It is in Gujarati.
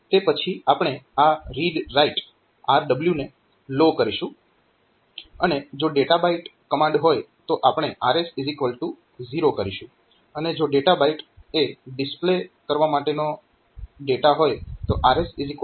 તે પછી આપણે આ રીડ રાઈટ RW ને લો કરીશું અને જો ડેટા બાઈટ કમાન્ડ હોય તો આપણે RS0 કરીશું અને જો ડેટા બાઈટ એ ડિસ્પ્લે કરવા માટેનો ડેટા હોય તો RS1 કરીશું